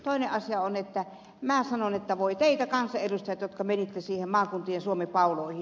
toinen asia on että minä sanon että voi teitä kansanedustajat jotka menitte maakuntien suomi pauloihin